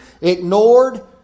ignored